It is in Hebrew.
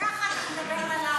גם ככה אתה מדבר ללמפה.